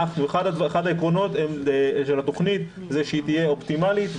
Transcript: אחד העקרונות של התוכנית זה שהיא תהיה אופטימלית,